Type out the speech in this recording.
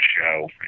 show